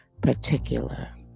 particular